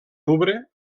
louvre